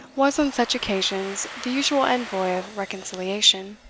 was, on such occasions, the usual envoy of reconciliation.